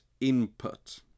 input